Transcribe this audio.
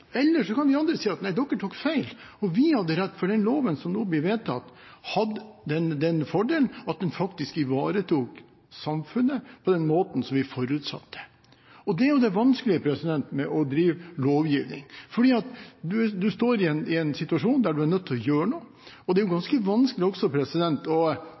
Eller så kan vi andre si at dere tok feil, og vi hadde rett, for den loven som nå blir vedtatt, hadde den fordelen at den faktisk ivaretok samfunnet på den måten som vi forutsatte. Det er jo det vanskelige med å drive lovgivning, for man står i en situasjon der en er nødt til å gjøre noe, og det er også ganske vanskelig å ignorere det når fagmyndighetene påpeker at vi har svakheter i systemene våre. Da kan man enten ignorere det og